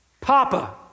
Papa